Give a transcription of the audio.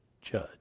judge